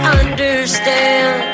understand